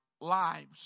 lives